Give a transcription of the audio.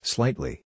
Slightly